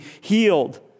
healed